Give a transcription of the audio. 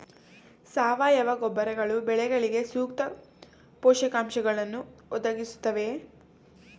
ಸಾವಯವ ಗೊಬ್ಬರಗಳು ಬೆಳೆಗಳಿಗೆ ಸೂಕ್ತ ಪೋಷಕಾಂಶಗಳನ್ನು ಒದಗಿಸುತ್ತವೆಯೇ?